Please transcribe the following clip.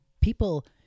people